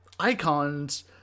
Icons